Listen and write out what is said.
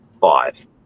Five